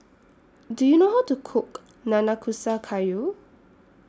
Do YOU know How to Cook Nanakusa Gayu